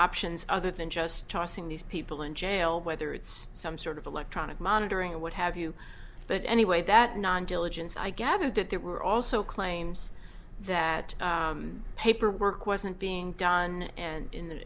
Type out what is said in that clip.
options other than just tossing these people in jail whether it's some sort of electronic monitoring or what have you but anyway that non diligence i gathered that there were also claims that paperwork wasn't being done and in th